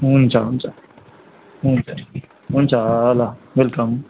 हुन्च हुन्च हुन्च हुन्च ल वेलकम